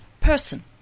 person